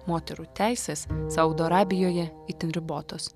moterų teisės saudo arabijoje itin ribotos